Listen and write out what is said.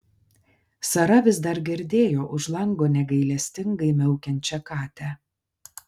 sara vis dar girdėjo už lango negailestingai miaukiančią katę